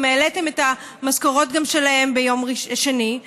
העליתם גם את המשכורות שלהם ביום שני,